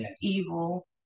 evil